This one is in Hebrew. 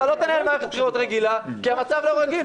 אתה לא תנהל מערכת בחירות רגילה כי המצב לא רגיל.